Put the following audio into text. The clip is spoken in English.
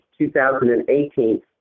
2018